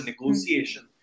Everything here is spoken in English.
negotiation